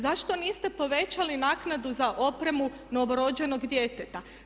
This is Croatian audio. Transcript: Zašto niste povećali naknadu za opremu novorođenog djeteta?